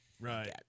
Right